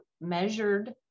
measured